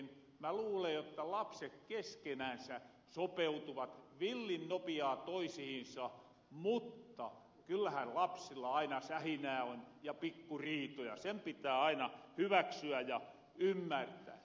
mä luulen jotta lapset keskenänsä sopeutuvat villin nopiaa toisihinsa vaikka kyllähän lapsilla aina sähinää on ja pikkuriitoja se pitää aina hyväksyä ja ymmärtää